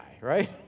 right